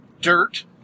dirt